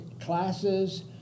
classes